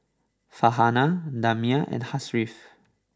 Farhanah Damia and Hasif